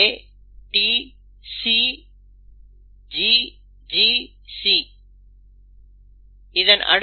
A T C G G C